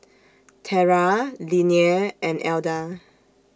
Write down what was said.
Tera Linnea and Elda